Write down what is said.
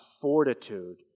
fortitude